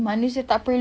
bosan kan